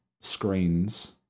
screens